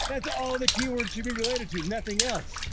that's all the keywords should be related to, nothing else.